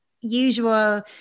usual